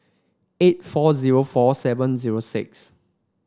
eight four zero four seven zero six